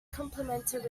complimented